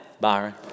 Byron